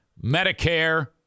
Medicare